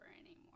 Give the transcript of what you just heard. anymore